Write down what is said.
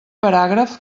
paràgraf